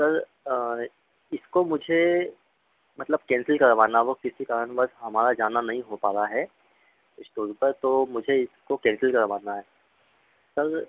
sir इसको मुझे मतलब कैंसिल करवाना होगा किसी कारणवश हमारा जाना नहीं हो पा रहा है इस टूर पर तो मुझे इसको कैंसिल करवाना है सर